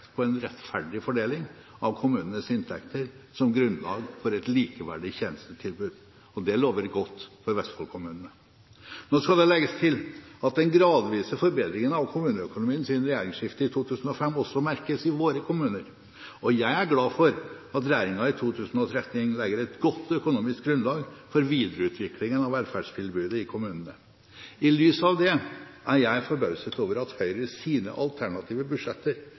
på en rettferdig fordeling av kommunenes inntekter som grunnlag for et likeverdig tjenestetilbud. Det lover godt for Vestfold-kommunene. Nå skal det legges til at den gradvise forbedringen av kommuneøkonomien siden regjeringsskiftet i 2005 også merkes i våre kommuner. Jeg er glad for at regjeringen i 2013 legger et godt økonomisk grunnlag for videreutviklingen av velferdstilbudet i kommunene. I lys av det er jeg forbauset over at Høyre i sine alternative budsjetter